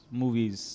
movies